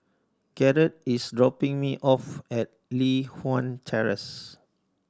Garrett is dropping me off at Li Hwan Terrace